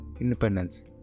independence